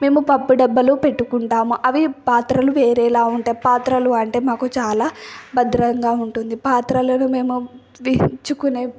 మేము పప్పు డబ్బాలు పెట్టుకుంటాము అవి పాత్రలు వేరేలా ఉంటాయి పాత్రలు అంటే మాకు చాలా భద్రంగా ఉంటుంది పాత్రలను మేము వేయించుకునే